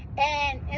and